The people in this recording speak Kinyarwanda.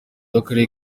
w’akarere